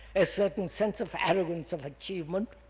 a certain sense of arrogance of achievement